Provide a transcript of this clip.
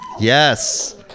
Yes